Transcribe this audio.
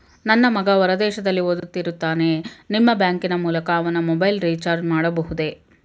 ನನ್ನ ಮಗ ಹೊರ ದೇಶದಲ್ಲಿ ಓದುತ್ತಿರುತ್ತಾನೆ ನಿಮ್ಮ ಬ್ಯಾಂಕಿನ ಮೂಲಕ ಅವನ ಮೊಬೈಲ್ ರಿಚಾರ್ಜ್ ಮಾಡಬಹುದೇ?